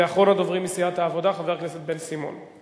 ואחרון הדוברים מסיעת העבודה, חבר הכנסת בן-סימון.